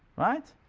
right?